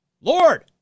Lord